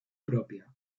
propia